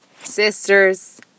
Sisters